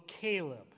Caleb